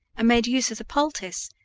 made use of the poultice,